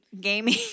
gaming